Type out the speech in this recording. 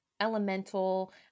elemental